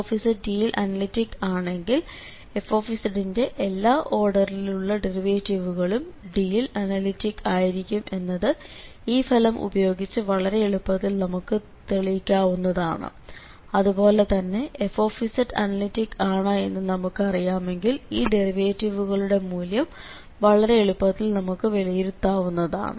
f D യിൽ analytic ആണെങ്കിൽ f ന്റെ എല്ലാ ഓർഡറിലുള്ള ഡെറിവേറ്റിവുകളും D യിൽ അനലിറ്റിക്ക് ആയിരിക്കും എന്നത് ഈ ഫലം ഉപയോഗിച്ച് വളരെ എളുപ്പത്തിൽ നമുക്ക് തെളിയിക്കുന്നതാണ് അതുപോലെതന്നെ f അനലിറ്റിക്ക് ആണ് എന്ന് നമുക്ക് അറിയാമെങ്കിൽ ഈ ഡെറിവേറ്റിവുകളുടെ മൂല്യം വളരെ എളുപ്പത്തിൽ നമുക്ക് വിലയിരുത്താവുന്നതാണ്